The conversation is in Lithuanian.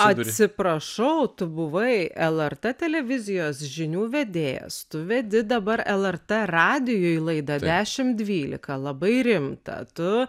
atsiprašau tu buvai lrt televizijos žinių vedėjas tu vedi dabar lrt radijuj laidą dešim dvylika labai rimtą tu